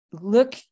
look